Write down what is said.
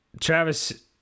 Travis